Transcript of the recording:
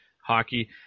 hockey